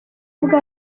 ubwo